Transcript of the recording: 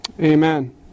Amen